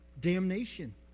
damnation